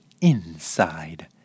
inside